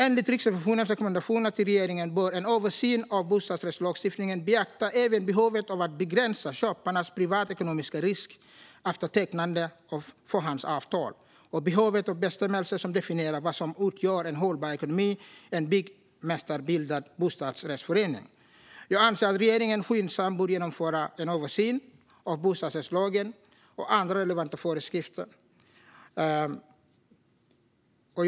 Enligt Riksrevisionens rekommendation till regeringen bör en översyn av bostadsrättslagstiftningen beakta även behovet av att begränsa köparnas privatekonomiska risk efter tecknandet av förhandsavtal och behovet av bestämmelser som definierar vad som utgör en hållbar ekonomi i en byggmästarbildad bostadsrättsförening. Jag anser att regeringen skyndsamt bör genomföra en översyn av bostadsrättslagen och andra relevanta föreskrifter. Fru talman!